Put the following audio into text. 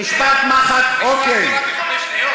אנחנו רוצים לשמוע יותר.